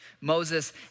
Moses